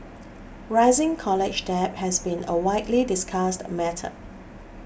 rising college debt has been a widely discussed matter